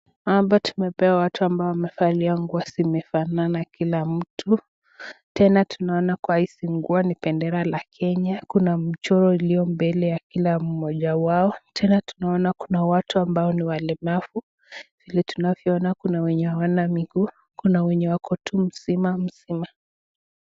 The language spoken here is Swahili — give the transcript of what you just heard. Hapa tumepewa watu ambao wamevalia nguo zimefanana kila mtu, tena tunaona kwa hizi nguo ni bendera la kenya, kuna mchoro iliyo mbele ya kila mmoja wao, tena tunaona kuna watu ambao ni walemavu, vile tunavyoona kuna wenye hawana miguu, kuna wenye wako tu mzima mzima.